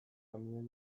kamioia